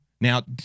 Now